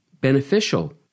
beneficial